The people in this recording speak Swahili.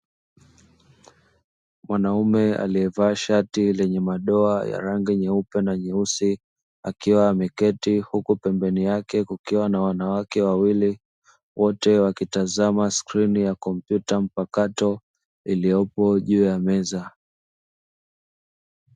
Mwanaume aliyevaa shati lenye madoa ya rangi nyeupe na nyeusi akiwa ameketi huku pembeni yake kukiwa na wanawake wawili wote wakitazama skrini ya kompyuta mpakato iliyopo juu ya meza.